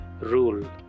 rule